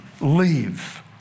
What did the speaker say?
leave